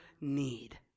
need